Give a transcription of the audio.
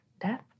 death